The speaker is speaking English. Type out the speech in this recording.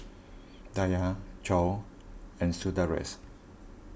Dhyan Choor and Sundaresh